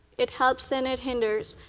it helps and it hinders.